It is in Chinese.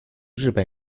日本